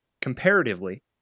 comparatively